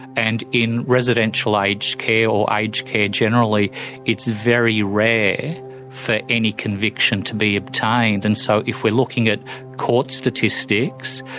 and in residential aged care or aged care generally it's very rare for any conviction to be obtained and so if we're looking at court statistics,